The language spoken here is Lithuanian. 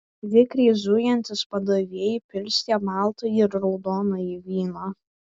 vikriai zujantys padavėjai pilstė baltąjį ir raudonąjį vyną